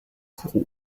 kourou